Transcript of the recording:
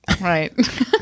right